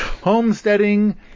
homesteading